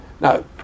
Now